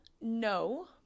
No